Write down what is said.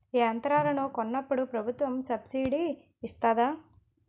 యంత్రాలను కొన్నప్పుడు ప్రభుత్వం సబ్ స్సిడీ ఇస్తాధా?